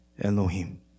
Elohim